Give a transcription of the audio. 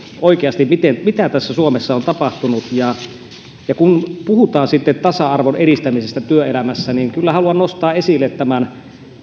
oikeasti mitä täällä suomessa on tapahtunut kun puhutaan sitten tasa arvon edistämisestä työelämässä niin kyllä haluan nostaa esille tämän